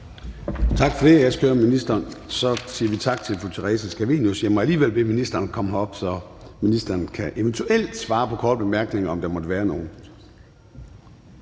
Tak til transportministeren. Og så siger vi tak til fru Theresa Scavenius. Jeg må alligevel bede ministeren om at komme herop, så ministeren eventuelt kan svare på korte bemærkninger, om der måtte være nogle